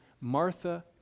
Martha